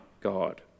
god